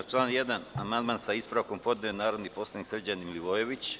Na član 1. amandman sa ispravkom podneo je narodni poslanik Srđan Milivojević.